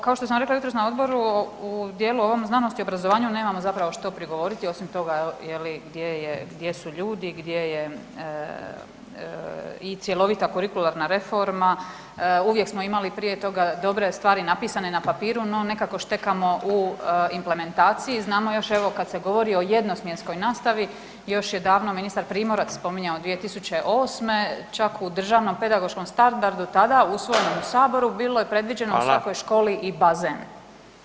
Kao što sam rekla jutros na odboru, u djelu ovom znanosti i obrazovanja nemamo zapravo što prigovoriti, osim toga je li, gdje su ljudi, gdje je i cjelovita kurikularna reforma, uvijek smo imali prije toga dobre stvari napisane na papiru, no nekako štekamo u implementaciji, znamo još evo kad se govori o jednosmjenskoj nastavi, još je davno ministar Primorac spominjao 2008. čak u državnom pedagoškom standardu tada usvojenog Saboru, bilo je predviđeno u svakoj školi i bazen.